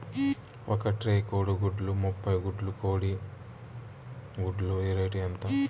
ఒక ట్రే కోడిగుడ్లు ముప్పై గుడ్లు కోడి గుడ్ల రేటు ఎంత?